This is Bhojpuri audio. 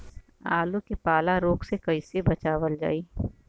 आलू के पाला रोग से कईसे बचावल जाई?